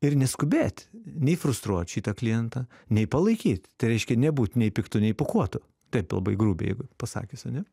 ir neskubėt nei frustruot šitą klientą nei palaikyt tai reiškia nebūt nei piktu nei pūkuotu taip labai grubiai jeigu pasakius ane